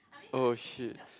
oh !shit!